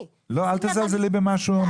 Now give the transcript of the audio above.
אל תזלזלי במה שהוא אומר.